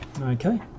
Okay